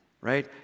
right